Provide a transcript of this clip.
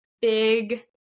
big